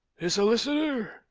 a solicitor?